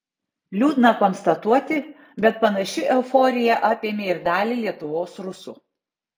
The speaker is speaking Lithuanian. liūdna konstatuoti bet panaši euforija apėmė ir dalį lietuvos rusų